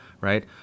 right